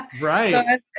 right